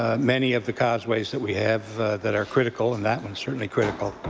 ah many of the causeways that we have that are critical, and that one is certainly critical,